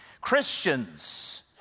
Christians